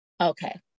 Okay